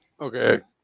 Okay